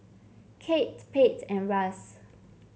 Kate Pate and Russ